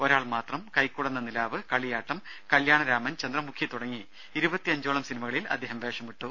ഒരാൾമാത്രം കൈക്കുടന്ന നിലാവ് കളിയാട്ടം കല്യാണരാമൻചന്ദ്രമുഖി തുടങ്ങി ഇരുപത്തഞ്ചോളം സിനിമകളിൽ അദ്ദേഹം വേഷമിട്ടു